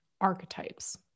archetypes